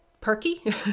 perky